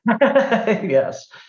Yes